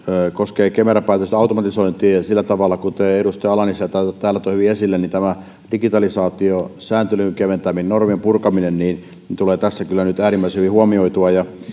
koskee kemera päätösten automatisointia kuten edustaja ala nissilä täällä toi hyvin esille digitalisaatio sääntelyn keventäminen ja normien purkaminen tulee tässä kyllä nyt äärimmäisen hyvin huomioitua